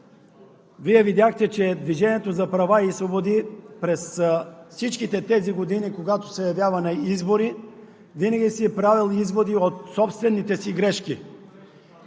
Вие видяхте, че „Движението за права и свободи“ през всички тези години, когато се явява на избори, винаги си е правило изводи от собствените грешки.